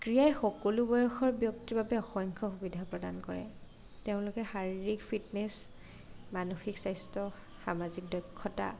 ক্ৰীড়াই সকলো বয়সৰ ব্যক্তিৰ বাবে অসংখ্য সুবিধা প্ৰদান কৰে তেওঁলোকে শাৰীৰিক ফিটনেছ মানসিক স্বাস্থ্য সামাজিক দক্ষতা